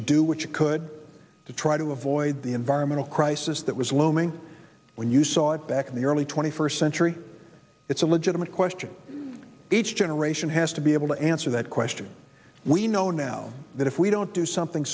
you do what you could to try to avoid the environmental crisis that was looming when you saw it back in the early twenty first century it's a legitimate question each generation has to be able to answer that question we know now that if we don't do something